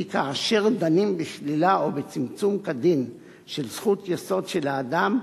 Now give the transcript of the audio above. כי כאשר דנים בשלילה או בצמצום כדין של זכות יסוד של האדם,